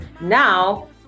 now